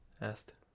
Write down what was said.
asked